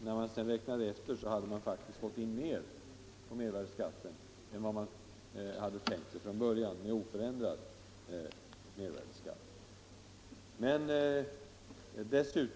När man räknade efter fann man, att man faktiskt fått in mer på den sänkta mervärdeskatten än man från början hade tänkt sig med oförändrad mervärdeskatt.